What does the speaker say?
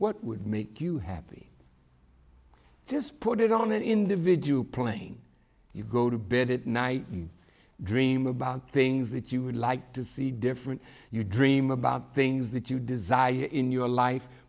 what would make you happy just put it on an individual playing you go to bed at night you dream about things that you would like to see different you dream about things that you desire in your life